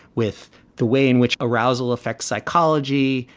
with the way in which arousal affects psychology,